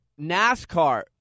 NASCAR